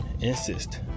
insist